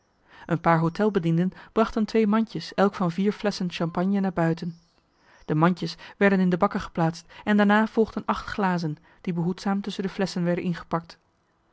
een paar hôtel bedienden brachten twee mandjes elk van vier flesschen champagne naar buiten de mandjes werden in de bakken geplaatst en daarna volgden acht glazen die behoedzaam tusschen de flesschen werden ingepakt